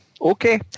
Okay